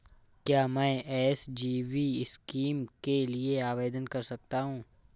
क्या मैं SGB scheme के लिए आवेदन कर सकता हूँ?